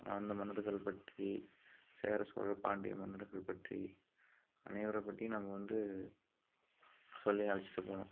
அந்த மன்னர்கள் பற்றி சேர சோழ பாண்டிய மன்னர்கள் பற்றி அனைவரை பற்றியும் நம்ம வந்து சொல்லி அழைச்சிகிட்டு போகணும்